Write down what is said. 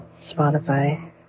Spotify